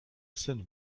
syn